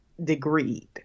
degreed